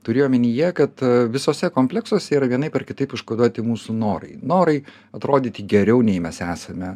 turiu omenyje kad visuose kompleksuose yra vienaip ar kitaip užkoduoti mūsų norai norai atrodyti geriau nei mes esame